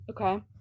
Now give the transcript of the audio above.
Okay